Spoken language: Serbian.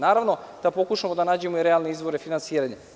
Naravno da pokušamo da nađemo i realne izvore finansiranja.